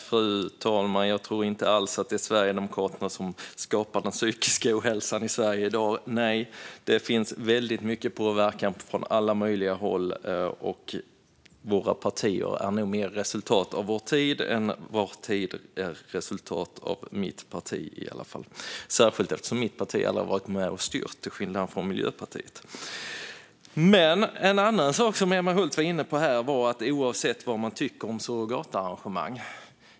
Fru talman! Jag tror inte alls att det är Sverigedemokraterna som skapar den psykiska ohälsan i Sverige i dag, nej. Det finns väldigt mycket påverkan från alla möjliga håll, och våra partier är nog resultat av vår tid mer än vår tid är resultatet av i alla fall mitt parti - särskilt eftersom mitt parti, till skillnad från Miljöpartiet, aldrig varit med och styrt. En annan sak som Emma Hult var inne på här var oavsett vad man tycker om surrogatarrangemang.